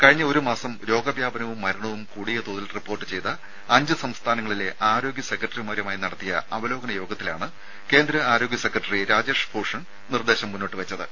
കഴിഞ്ഞ ഒരു മാസം രോഗവ്യാപനവും മരണവും കൂടിയ തോതിൽ റിപ്പോർട്ട് ചെയ്ത അഞ്ച് സംസ്ഥാനങ്ങളിലെ ആരോഗ്യ സെക്രട്ടറിമാരുമായി നടത്തിയ അവലോകന യോഗത്തിലാണ് കേന്ദ്ര ആരോഗ്യ സെക്രട്ടരി രാജേഷ് ഭൂഷൺ നിർദ്ദേശം മുന്നോട്ടു വെച്ചത്